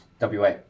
WA